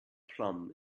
plum